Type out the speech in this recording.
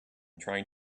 trying